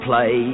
Play